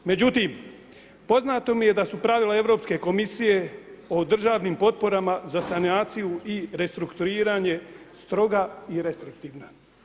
Međutim, poznato mi je da su pravila Europske komisije o državnim potporama za sanaciju i restruktuiranje stroga i restriktivna.